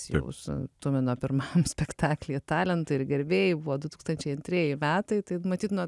jūs tumino pirmam spektaklyje talentai ir gerbėjai buvo du tūkstančiai antrieji metai tai matyt nuo